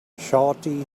shawty